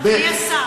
אדוני השר,